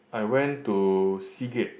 I went to Seagate